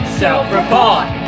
self-report